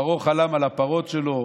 פרעה חלם על הפרות שלו,